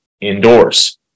indoors